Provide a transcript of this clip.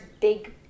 big